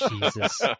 Jesus